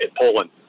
Poland